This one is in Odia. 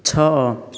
ଛଅ